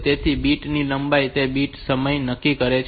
તેથી બીટ ની લંબાઈ તે બીટ સમય નક્કી કરે છે